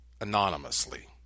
anonymously